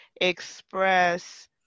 express